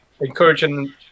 encouraging